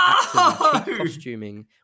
...costuming